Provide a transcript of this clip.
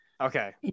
okay